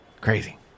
Crazy